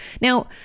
Now